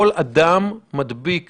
כל אדם מדביק